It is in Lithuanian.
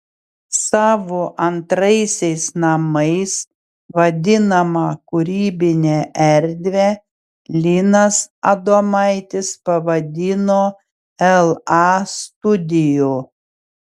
savo antraisiais namais vadinamą kūrybinę erdvę linas adomaitis pavadino la studio